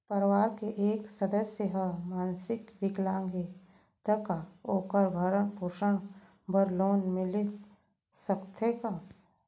परवार के एक सदस्य हा मानसिक विकलांग हे त का वोकर भरण पोषण बर लोन मिलिस सकथे का?